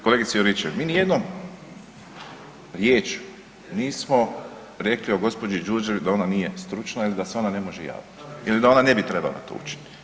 Kolegice Juričev, mi ni jednom riječju nismo rekli o gospođi Đurđević da ona nije stručna ili da se ona ne može javiti ili da ona ne bi trebala to učiniti.